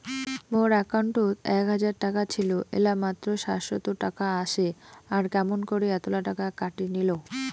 মোর একাউন্টত এক হাজার টাকা ছিল এলা মাত্র সাতশত টাকা আসে আর কেমন করি এতলা টাকা কাটি নিল?